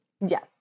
Yes